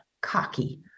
cocky